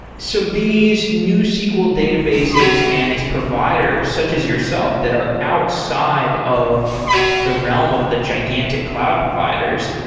so these newsql databases and these providers, such as yourself, that are outside of the realm of the gigantic cloud providers,